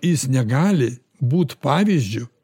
jis negali būt pavyzdžiu